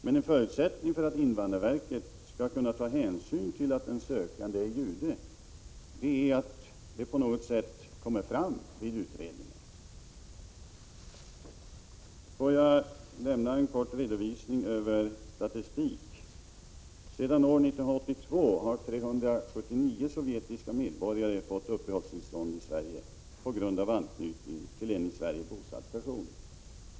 Men en förutsättning för att invandrarverket skall kunna ta hänsyn till att en sökande är jude är att det på något sätt kommer fram i utredningen. Låt mig lämna en kort redovisning av statistik. Sedan år 1982 har 379 sovjetiska medborgare fått uppehållstillstånd i Sverige på grund av anknytning till en i Sverige bosatt person.